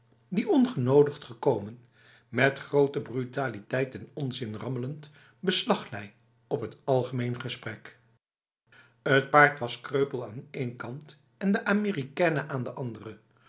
die ongenodigd gekomen met grote brutaliteit en onzin rammelend beslag lei op het algemeen gesprek het paard was kreupel aan één kant en de américaine aan de andere